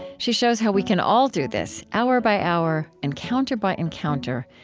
she shows how we can all do this hour by hour, encounter by encounter,